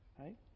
Right